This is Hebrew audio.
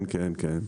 כן, כן.